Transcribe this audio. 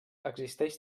existeix